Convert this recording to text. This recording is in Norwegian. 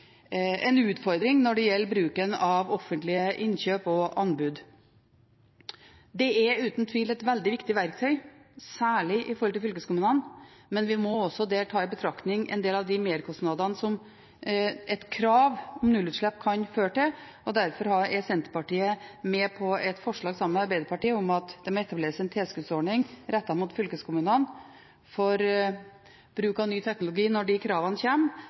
en utfordring når det gjelder bruken av offentlige innkjøp og anbud. Det er uten tvil et veldig viktig verktøy, særlig med tanke på fylkeskommunene, men vi må også der ta i betraktning en del av de merkostnadene som et krav om nullutslipp kan føre til. Derfor er Senterpartiet med på et forslag, sammen med Arbeiderpartiet, om at det må etableres en tilskuddsordning rettet mot fylkeskommunene for bruk av ny teknologi når de kravene